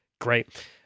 great